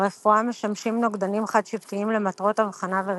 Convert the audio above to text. ברפואה משמשים נוגדנים חד שבטיים למטרות אבחנה וריפוי.